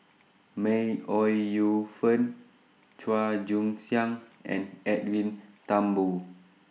May Ooi Yu Fen Chua Joon Siang and Edwin Thumboo